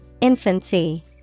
Infancy